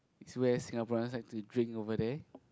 it's where Singaporeans like to drink over there